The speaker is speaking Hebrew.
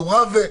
"מעורב"